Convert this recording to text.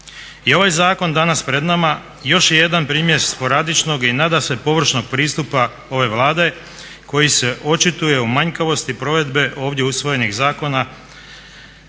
I ovaj zakon danas pred nama još je jedan primjer sporadičnog i nadasve površnog pristupa ove Vlade koji se očituje u manjkavosti provedbe ovdje usvojenih zakona